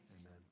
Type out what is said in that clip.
amen